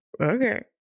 Okay